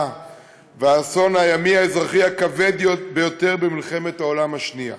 והאסון הימי האזרחי הכבד ביותר במלחמת העולם השנייה.